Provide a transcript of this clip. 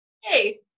hey